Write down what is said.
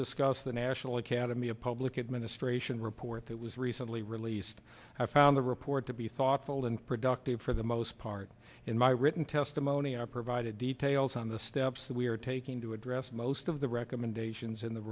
discuss the national academy of public administration report that was recently released i found the report to be thoughtful and productive for the most part in my written testimony i provided details on the steps that we are taking to address most of the recommendations in the